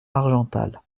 argental